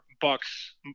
bucks